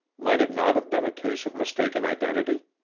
might it not have been a case of mistaken identity?